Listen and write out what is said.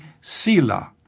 Sila